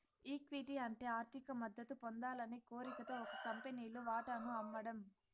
equity అంటే ఆర్థిక మద్దతు పొందాలనే కోరికతో ఒక కంపెనీలు వాటాను అమ్మడం